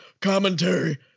commentary